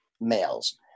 males